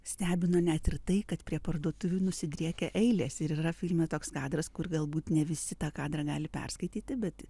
stebino net ir tai kad prie parduotuvių nusidriekia eilės ir yra filme toks kadras kur galbūt ne visi tą kadrą gali perskaityti bet